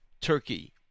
Turkey